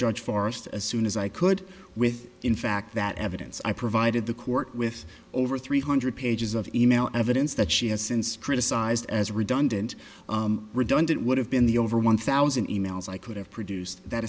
judge forrest as soon as i could with in fact that evidence i provided the court with over three hundred pages of e mail evidence that she has since criticized as redundant redundant would have been the over one thousand e mails i could have produced that